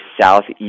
southeast